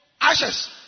Ashes